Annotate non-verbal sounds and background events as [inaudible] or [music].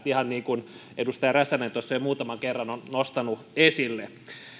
[unintelligible] ihan niin kuin edustaja räsänen tuossa jo muutaman kerran on nostanut esille